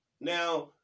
now